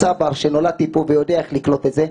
צבר שנולדתי פה ויודע איך לקלוט את זה,